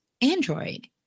Android